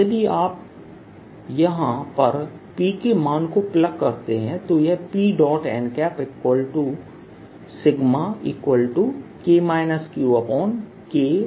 यदि आप यहां पर P के मान को प्लग करते हैं तो यह P nQK4R2 आता है